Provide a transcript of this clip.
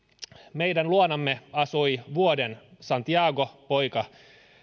meidän luonamme asui vuoden santiago poika